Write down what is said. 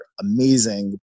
amazing